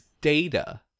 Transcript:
data